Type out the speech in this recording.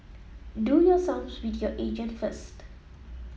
do your sums with your agent first